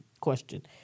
question